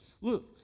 Look